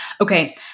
Okay